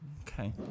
Okay